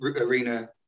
Arena